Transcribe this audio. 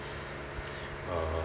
uh